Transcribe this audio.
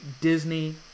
Disney